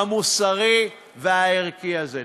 המוסרי והערכי הזה.